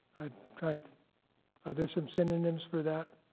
i'm trying to are there some synonyms for that?